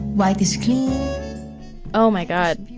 white is clean oh, my god.